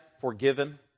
forgiven